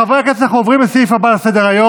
חברי הכנסת, אנחנו עוברים לסעיף הבא על סדר-היום,